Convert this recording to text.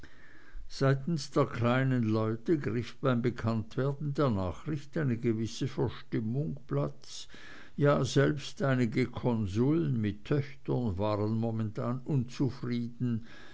seitens der kleinen leute griff beim bekanntwerden der nachricht eine gewisse verstimmung platz ja selbst einige konsuls mit töchtern waren momentan unzufrieden